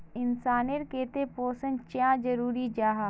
इंसान नेर केते पोषण चाँ जरूरी जाहा?